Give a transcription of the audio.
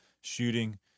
shooting